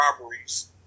robberies